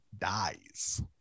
dies